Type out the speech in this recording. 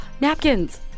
napkins